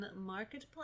marketplace